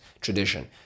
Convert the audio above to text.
tradition